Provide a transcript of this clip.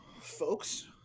folks